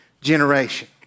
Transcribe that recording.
generation